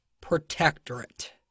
Protectorate